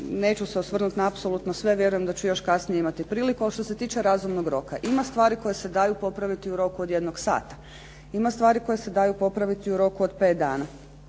neću se osvrnuti na apsolutno sve, vjerujem da ću još kasnije imati priliku. Ovo što se tiče razumnog roka. Ima stvari koje se daju popraviti u roku od jednog sata, ima stvari koje se daju popraviti u roku od pet dana,